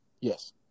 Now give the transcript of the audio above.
Yes